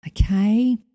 Okay